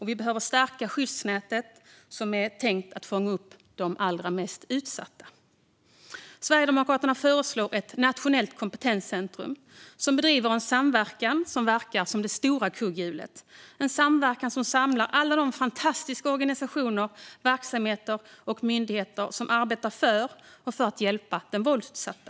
Vi behöver stärka skyddsnätet som är tänkt att fånga upp de allra mest utsatta. Sverigedemokraterna föreslår ett nationellt kompetenscentrum som ska bedriva en samverkan som ska verka som ett stort kugghjul. Det ska vara en samverkan som samlar alla de fantastiska organisationer, verksamheter och myndigheter som arbetar för och för att hjälpa den våldsutsatta.